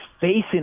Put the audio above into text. facing